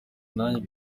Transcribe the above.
nanjye